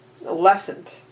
lessened